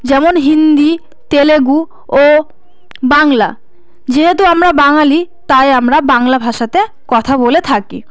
যেমন হিন্দি তেলুগু ও বাংলা যেহেতু আমরা বাঙালি তাই আমরা বাংলা ভাষাতে কথা বলে থাকি